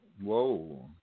Whoa